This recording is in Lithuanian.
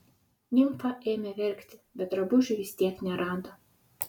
nimfa ėmė verkti bet drabužių vis tiek nerado